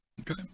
Okay